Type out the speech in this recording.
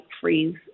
freeze